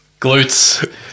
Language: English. glutes